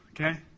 okay